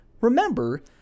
remember